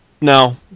no